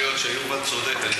יכול להיות שיובל צודק.